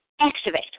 activate